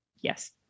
Yes